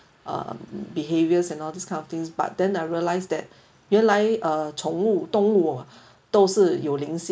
um behaviours and all this kind of things but then I realise that 原来 uh 宠物动物都是有灵性的